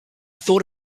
thought